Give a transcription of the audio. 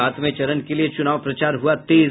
सातवें चरण के लिये चुनाव प्रचार हुआ तेज